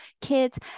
kids